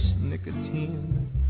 nicotine